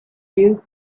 you